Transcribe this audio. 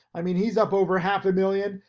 i mean, he's up over half a million,